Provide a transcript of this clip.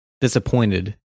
disappointed